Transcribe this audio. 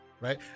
right